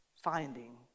Finding